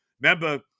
Remember